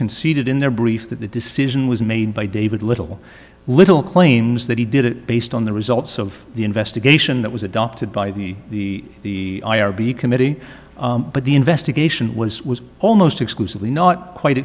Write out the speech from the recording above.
conceded in their brief that the decision was made by david little little claims that he did it based on the results of the investigation that was adopted by the i r b committee but the investigation was was almost exclusively not quite